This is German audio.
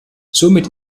somit